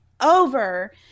over